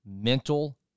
mental